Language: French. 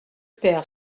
père